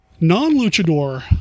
Non-luchador